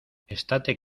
estate